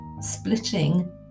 splitting